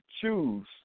choose